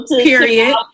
Period